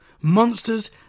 monsters